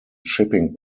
shipping